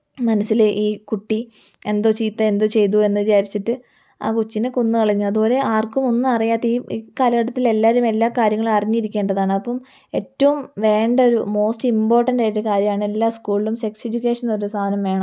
മനസ്സില് ഈ കുട്ടി എന്തോ ചീത്ത എന്തോ ചെയ്തൂ എന്ന് വിചാരിച്ചിട്ട് ആ കൊച്ചിനെ കൊന്നുകളഞ്ഞു അതുപോലെ ആർക്കും ഒന്നും അറിയാതെയും ഇക്കാലഘട്ടത്തിൽ എല്ലാരും എല്ലാ കാര്യങ്ങളും അറിഞ്ഞിരിക്കേണ്ടതാണ് അപ്പം ഏറ്റവും വേണ്ടൊരു മോസ്റ്റ് ഇമ്പോർട്ടൻറ്റ് ആയിട്ടുള്ള കാര്യാണ് എല്ലാ സ്ക്കൂളിലും സെക്സ് എഡ്യൂക്കേഷനെന്ന് പറയുന്നൊരു സാധനം വേണം